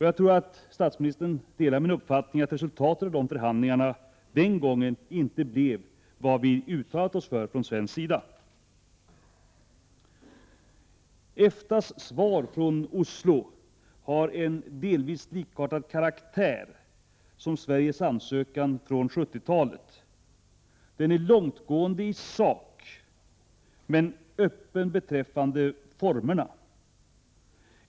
Jag tror att statsministern delar min uppfattning att resultatet av förhandlingarna den gången inte blev vad vi uttalat oss för från svensk sida. EFTA:s svar från Oslo har en delvis likartad karaktär som Sveriges ansökan från 70-talet. Det är långtgående i sak men öppet beträffande formerna.